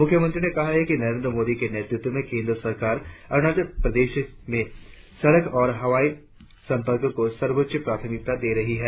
मुख्यमंत्री ने कहा कि नरेंद्र मोदी के नेतृत्व में केंद्र सरकार अरुणाचल प्रदेश में सड़क और हवाई संपर्क को सर्वोच्च प्राथमिकता दे रही है